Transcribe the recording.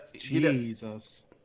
Jesus